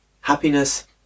happiness